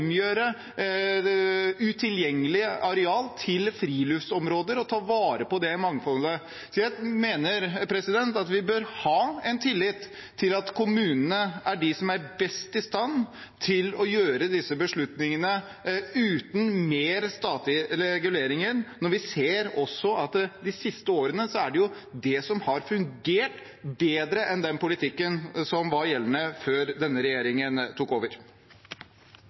utilgjengelige arealer til friluftsområder og ta vare på det mangfoldet. Jeg mener vi bør ha tillit til at kommunene er de som er best i stand til å ta disse beslutningene uten mer statlig regulering, for vi ser at det har fungert bedre enn den politikken som var gjeldende før denne regjeringen tok over.